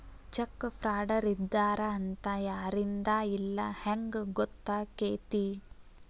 Check ಫ್ರಾಡರಿದ್ದಾರ ಅಂತ ಯಾರಿಂದಾ ಇಲ್ಲಾ ಹೆಂಗ್ ಗೊತ್ತಕ್ಕೇತಿ?